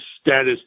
status